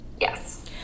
Yes